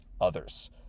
others